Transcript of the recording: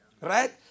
right